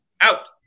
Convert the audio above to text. Out